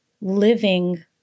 living